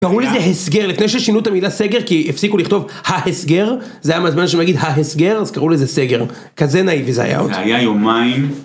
קראו לי זה הסגר לפני ששינו את המילה סגר כי הפסיקו לכתוב ה-הסגר זה היה מהזמן שאני לא אגיד ההסגר אז קראו לי זה סגר כזה נאיבי זה היה עוד